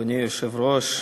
אדוני היושב-ראש,